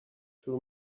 too